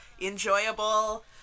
enjoyable